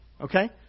okay